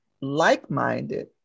like-minded